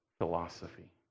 philosophy